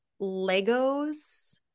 Legos